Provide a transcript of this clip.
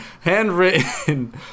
handwritten